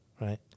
Right